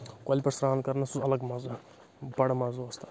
کۄلہِ پؠٹھ سران کَرنَس اوس الگ مَزٕ بَڑٕ مَزٕ اوس تَتھ